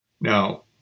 Now